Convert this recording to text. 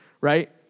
Right